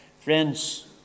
Friends